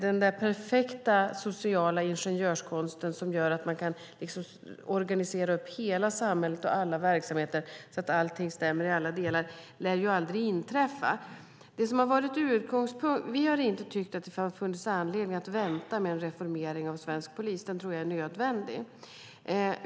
Den perfekta sociala ingenjörskonsten som innebär att hela samhället och alla verksamheter kan organiseras så att allt stämmer i alla delar lär aldrig inträffa. Vi har inte tyckt att det har funnits anledning att vänta med en reformering av svensk polis. Den är nödvändig.